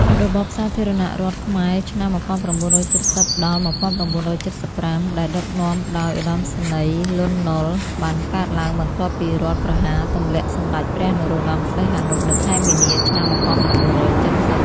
របបសាធារណរដ្ឋខ្មែរឆ្នាំ ១៩៧០-១៩៧៥ ដែលដឹកនាំដោយ ឧត្តមសេនីយ៍លន់ នល់ បានកើតឡើងបន្ទាប់ពីរដ្ឋប្រហារទម្លាក់សម្ដេចព្រះនរោត្តម សីហនុ នៅខែមីនា ឆ្នាំ១៩៧០។